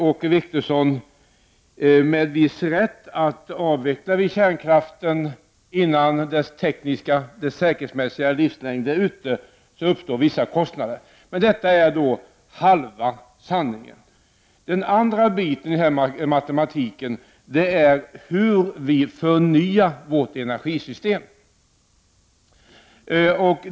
Åke Wictorsson säger med viss rätt att en avveckling av kärnkraften innan dess tekniska och säkerhetsmässiga livslängd är ute innebär vissa kostnader. Men det är bara halva sanningen. Den andra delen i denna matematik gäller hur vi förnyar vårt energisystem.